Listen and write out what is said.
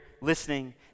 listening